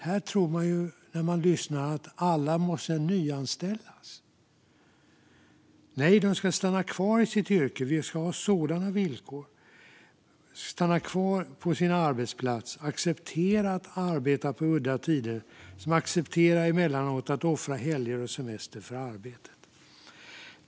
När man lyssnar här tror man att alla måste nyanställas. Nej, de ska stanna kvar i sitt yrke. Vi ska ha sådana villkor att de kan stanna kvar på sin arbetsplats och acceptera att arbeta på udda tider och emellanåt offra helger och semester för arbete.